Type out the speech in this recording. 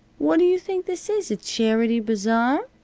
what do you think this is? a charity bazaar?